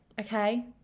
okay